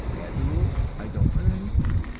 as a rule, i don't wear anything.